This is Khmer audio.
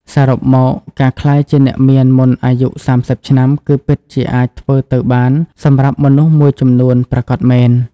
សរុបមក ការក្លាយជាអ្នកមានមុនអាយុ ៣០ ឆ្នាំ គឺពិតជាអាចធ្វើទៅបានសម្រាប់មនុស្សមួយចំនួនប្រាកដមែន។